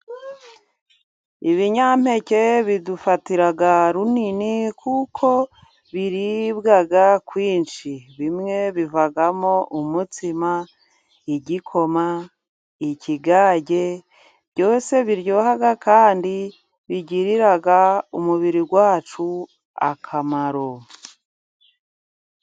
Ibinyampeke bidufatira runini kuko biribwaga kwinshi. Bimwe bivamo umutsima, igikoma, ikigage, byose biryoha kandi bigirira umubiri wacu akamaro.